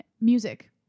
music